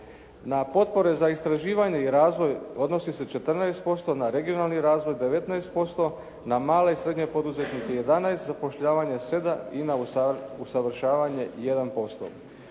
Na potpore za istraživanje i razvoj odnosi se 14%, na regionalni razvoj 19%, na male i srednje poduzetnike 11, zapošljavanje 7 i na usavršavanje 1%.